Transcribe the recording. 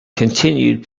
continued